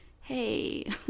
hey